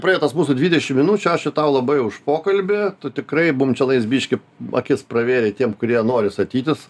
praėjo tos mūsų dvidešim minučių ačiū tau labai už pokalbį tu tikrai mum čianais biškį akis pravėrei tiem kurie nori statytis